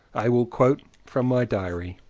i will quote from my diary.